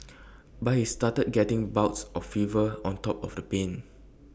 but he started getting bouts of fever on top of the pain